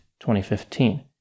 2015